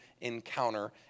encounter